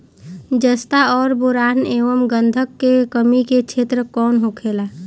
जस्ता और बोरान एंव गंधक के कमी के क्षेत्र कौन होखेला?